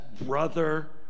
brother